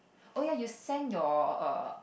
oh ya you sent your err